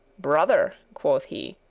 brother, quoth he,